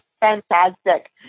fantastic